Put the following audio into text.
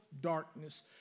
darkness